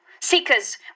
Seekers